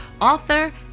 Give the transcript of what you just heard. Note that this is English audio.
author